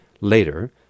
later